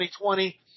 2020